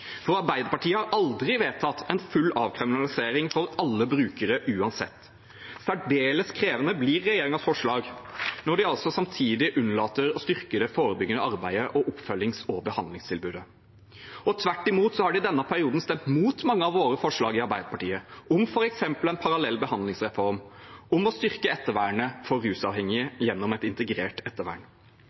for Arbeiderpartiet har aldri vedtatt en full avkriminalisering for alle brukere uansett. Særdeles krevende blir regjeringens forslag når de altså samtidig unnlater å styrke det forebyggende arbeidet og oppfølgings- og behandlingstilbudet. Tvert imot har de i denne perioden stemt imot mange av Arbeiderpartiets forslag, f.eks. om en parallell behandlingsreform og om å styrke ettervernet for rusavhengige gjennom et integrert ettervern.